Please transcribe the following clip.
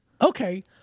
Okay